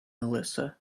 melissa